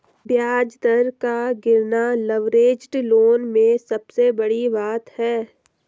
ब्याज दर का गिरना लवरेज्ड लोन में सबसे बड़ी बात है